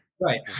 Right